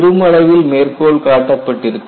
பெருமளவில் மேற்கோள் காட்டப்பட்டிருக்கும்